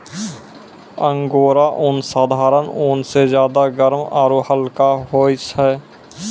angora ऊन साधारण ऊन स ज्यादा गर्म आरू हल्का होय छै